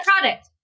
product